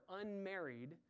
unmarried